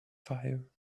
fire